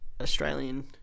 Australian